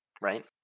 right